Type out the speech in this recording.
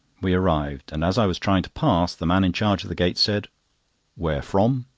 we arrived and as i was trying to pass, the man in charge of the gate said where from?